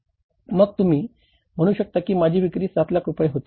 मग तुम्ही म्हणू शकता की माझी विक्री 7 लाख रुपये होती